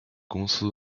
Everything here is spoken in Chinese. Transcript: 公司